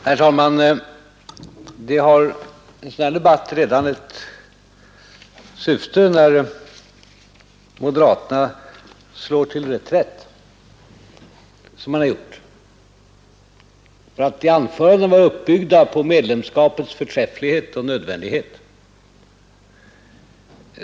Herr talman! En sådan här debatt har redan ett syfte, när moderaterna slår till reträtt som de har gjort. Deras anföranden var uppbyggda på medlemskapets förträfflighet och nödvändighet.